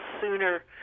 sooner